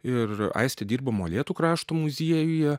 ir aistė dirba molėtų krašto muziejuje